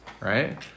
right